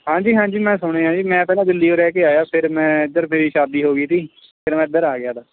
ਹਾਂਜੀ ਹਾਂਜੀ ਮੈਂ ਸੁਣਿਆ ਜੀ ਮੈਂ ਪਹਿਲਾਂ ਦਿੱਲੀ ਓ ਰਹਿ ਕੇ ਆਇਆ ਫਿਰ ਮੈਂ ਇੱਧਰ ਮੇਰੀ ਸ਼ਾਦੀ ਹੋ ਗਈ ਸੀ ਫਿਰ ਮੈਂ ਇੱਧਰ ਆ ਗਿਆ ਤਾ